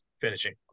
finishing